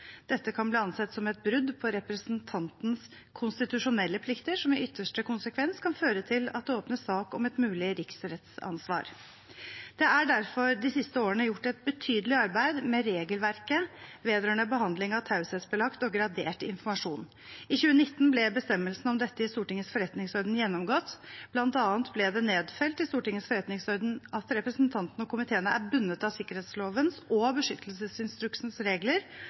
Dette kan bli ansett som et brudd på representantens konstitusjonelle plikter, som i ytterste konsekvens kan føre til at det åpnes sak om et mulig riksrettsansvar. Det er derfor de siste årene gjort et betydelig arbeid med regelverket vedrørende behandling av taushetsbelagt og gradert informasjon. I 2019 ble bestemmelsene om dette i Stortingets forretningsorden gjennomgått. Blant annet ble det nedfelt i Stortingets forretningsorden at representantene og komiteene er bundet av sikkerhetslovens og av beskyttelsesinstruksens regler